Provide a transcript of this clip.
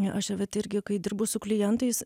aš vat irgi kai dirbu su klientais